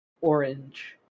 orange